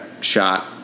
shot